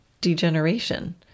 degeneration